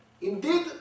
Indeed